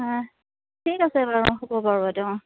অঁ ঠিক আছে বাৰু হ'ব বাৰু বাইদেউ